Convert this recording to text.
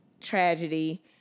tragedy